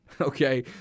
Okay